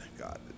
God